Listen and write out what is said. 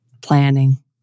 planning